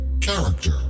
character